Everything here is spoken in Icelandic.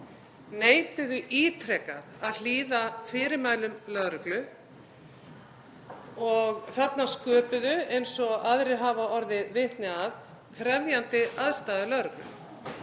neituðu ítrekað að hlýða fyrirmælum lögreglu. Þarna sköpuðust, eins og aðrir hafa orðið vitni að, krefjandi aðstæður fyrir lögreglu.